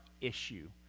issue